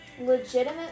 Legitimate